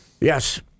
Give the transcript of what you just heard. Yes